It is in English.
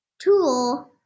tool